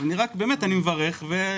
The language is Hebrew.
אני מברך.